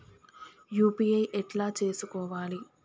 UPI ఎట్లా చేసుకోవాలి?